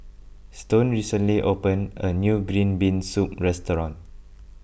Stone recently opened a new Green Bean Soup restaurant